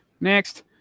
Next